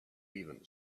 even